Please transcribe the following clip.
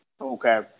okay